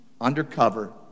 Undercover